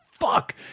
fuck